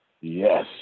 Yes